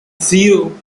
zero